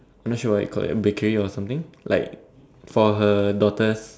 I'm not sure what you call it bakery or something like for her daughter's